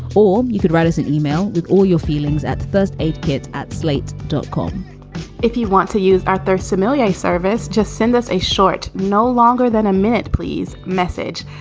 or you could write us an email with all your feelings at first aid kit at slate dot com if you want to use our third somalia service, just send us a short no longer than a minute please message.